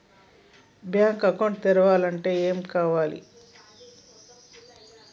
Bank account తెరవాలంటే ఏమేం కావాలి?